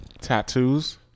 tattoos